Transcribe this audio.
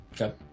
okay